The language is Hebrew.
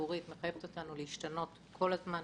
הציבורית מחייבת אותנו להשתנות כל הזמן.